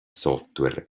software